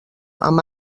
amb